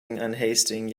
unhasting